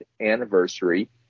anniversary